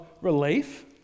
relief